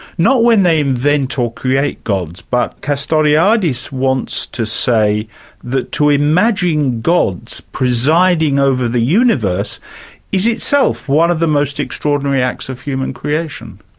not when they invent or create gods, but castoriadis wants to say that to imagine gods presiding over the universe is itself one of the most extraordinary acts of human creation.